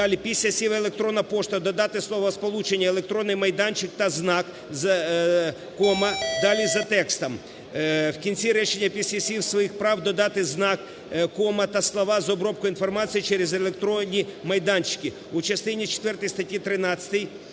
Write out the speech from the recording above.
Після слів "електронна пошта" додати словосполучення "електронний майданчик" та знак "кома", далі за текстом. В кінці речення після слів "своїх прав" додати знак "кома" та слова "з обробкою інформації через електронні майданчики". У частині четвертій